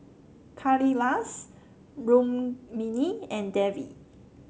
Kailash Rukmini and Devi